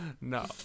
no